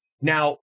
Now